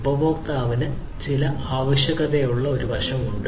ഉപഭോക്താവിന് ചില ആവശ്യകതകളുള്ള ഒരു വശമുണ്ട്